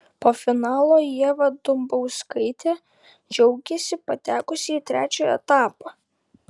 po finalo ieva dumbauskaitė džiaugėsi patekusi į trečią etapą